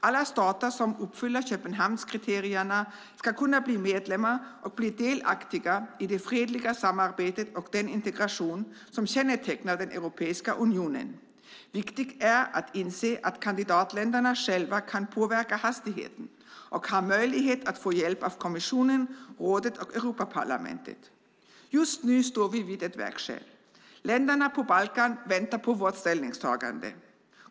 Alla stater som uppfyller Köpenhamnskriterierna ska kunna bli medlemmar och bli delaktiga i det fredliga samarbetet och i den integration som kännetecknar Europeiska unionen. Det är viktigt att inse att kandidatländerna själva kan påverka hastigheten och att de har möjlighet att få hjälp av kommissionen, rådet och Europaparlamentet. Just nu står vi vid ett vägskäl. Länderna på Balkan väntar på vårt ställningstagande.